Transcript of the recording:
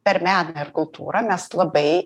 per meną ir kultūrą mes labai